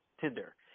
Tinder